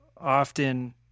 often